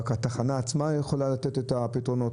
רק התחנה עצמה יכולה לתת את הפתרונות,